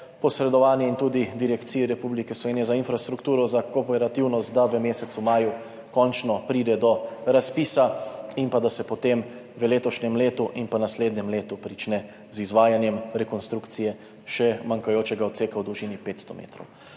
posredovanje, in tudi Direkciji Republike Slovenije za infrastrukturo za kooperativnost, da v mesecu maju končno pride do razpisa in da se potem v letošnjem letu in naslednjem letu prične z izvajanjem rekonstrukcije še manjkajočega odseka v dolžini 500 metrov.